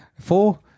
four